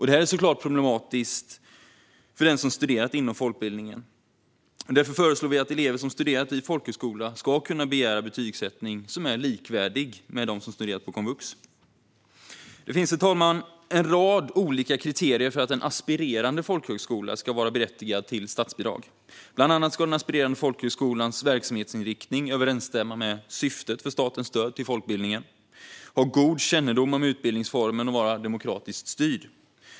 Detta är såklart problematiskt för den som har studerat inom folkbildningen. Därför föreslår vi att elever som har studerat vid folkhögskola ska kunna begära betygsättning som är likvärdig med den som ges om man har studerat på Komvux. Herr talman! Det finns vidare en rad olika kriterier för att en aspirerande folkhögskola ska vara berättigad till statsbidrag. Bland annat ska den aspirerande folkhögskolans verksamhetsinriktning överensstämma med syftet med statens stöd till folkbildningen, ha god kännedom om utbildningsformen och vara demokratiskt styrd.